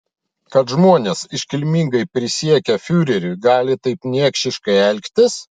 kad žmonės iškilmingai prisiekę fiureriui gali taip niekšiškai elgtis